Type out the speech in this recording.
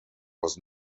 was